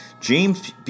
James